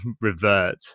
revert